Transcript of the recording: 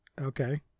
Okay